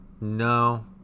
No